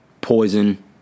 Poison